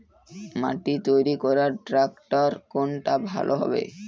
মাটি তৈরি করার ট্রাক্টর কোনটা ভালো হবে?